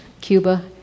Cuba